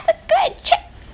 go and check